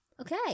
Okay